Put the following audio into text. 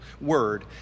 word